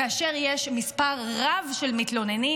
כאשר יש מספר רב של מתלוננים,